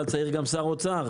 אבל צריך גם שר אוצר.